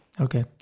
Okay